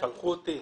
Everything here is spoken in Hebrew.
הם שלחו אותי...